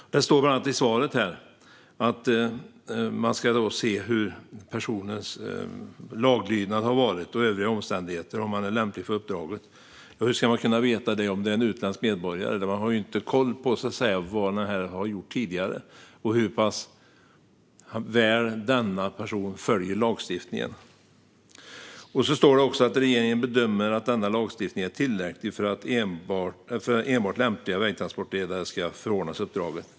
I svaret sägs bland annat att man ska titta på hur laglydnaden har varit och på övriga omständigheter för att se om personen i fråga är lämplig för uppdraget. Hur ska man kunna veta det om det handlar om en utländsk medborgare? Man har ju inte koll på vad personen har gjort tidigare och hur väl personen följer lagstiftningen. Statsrådet sa också att regeringen bedömer att lagstiftningen är tillräcklig för att enbart lämpliga vägtransportledare ska förordnas uppdraget.